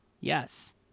Yes